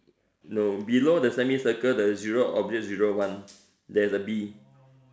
no below the semicircle the zero oblique zero [one] there's a B